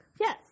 Yes